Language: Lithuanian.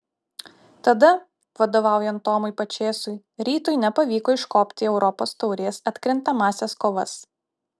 tada vadovaujant tomui pačėsui rytui nepavyko iškopti į europos taurės atkrintamąsias kovas